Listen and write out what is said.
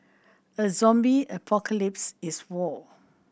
a zombie apocalypse is war